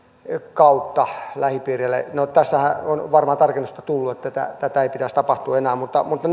kautta lähipiireille no tässähän on varmaan tarkennusta tullut niin että tätä ei pitäisi tapahtua enää mutta